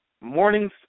morning's